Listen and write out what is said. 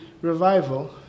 Revival